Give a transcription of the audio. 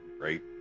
right